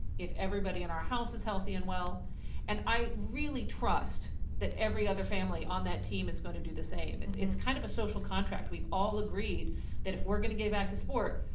if everybody in our house is healthy and well and i really trust that every other family on that team is gonna do the same. it's it's kind of a social contract, we've all agreed that if we're gonna get back to sport,